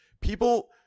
People